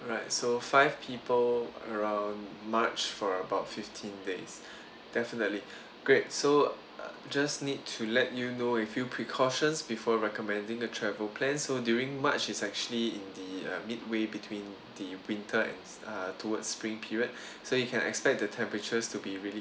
alright so five people around march for about fifteen days definitely great so uh just need to let you know a few precautions before recommending the travel plans so during march is actually in the uh midway between the winter and uh towards spring period so you can expect the temperatures to be really